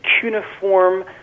cuneiform